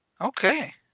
Okay